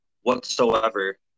whatsoever